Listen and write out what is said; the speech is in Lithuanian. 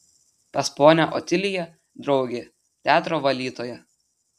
pas ponią otiliją draugė teatro valytoja